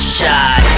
shot